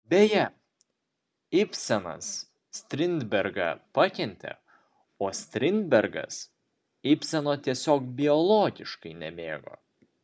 beje ibsenas strindbergą pakentė o strindbergas ibseno tiesiog biologiškai nemėgo